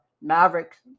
Mavericks